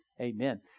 Amen